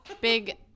Big